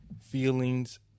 feelings